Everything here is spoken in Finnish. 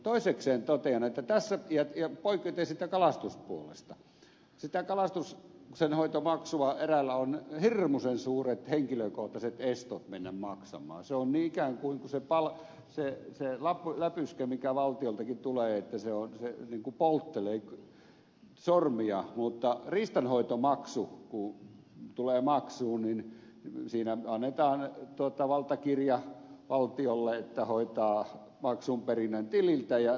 toisekseen totean poiketen siitä kalastuspuolesta että sitä kalastuksenhoitomaksua eräillä on hirmuisen suuret henkilökohtaiset estot mennä maksamaan ikään kuin se läpyskä mikä valtioltakin tulee se polttelee sormia mutta kun riistanhoitomaksu tulee maksuun niin siinä annetaan valtakirja valtiolle että hoitaa maksun perinnän tililtä ja sillä siisti